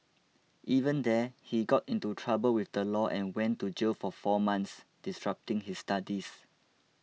even there he got into trouble with the law and went to jail for four months disrupting his studies